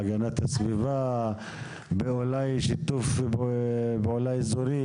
בהגנת הסביבה או אולי בשיתוף פעולה אזורי?